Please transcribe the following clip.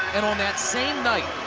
and on that same night,